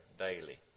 daily